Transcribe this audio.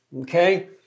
okay